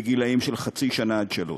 של גילאי חצי שנה עד שלוש.